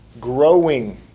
Growing